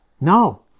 No